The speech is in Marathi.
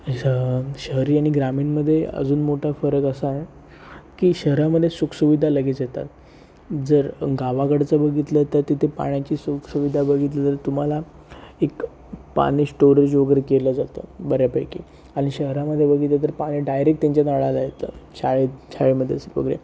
असं शहरी आणि ग्रामीणमध्ये अजून मोठा फरक असा आहे की शहरामध्ये सुखसुविधा लगेच येतात जर गावाकडचं बघितलं तर तिथे पाण्याची सुखसुविधा बघितली तर तुम्हाला एक पाणी स्टोरेज वगैरे केलं जातं बऱ्यापैकी आणि शहरामध्ये बघितलं तर पाणी डायरेक त्यांच्या नळाला येतं शाळेत शाळेमध्येच वगैरे